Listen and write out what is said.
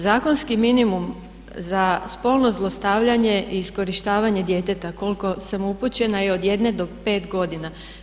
Zakonski minimum za spolno zlostavljanje i iskorištavanje djeteta, koliko sam upućena je od 1-5 godina.